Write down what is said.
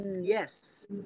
yes